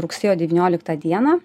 rugsėjo devynioliktą dieną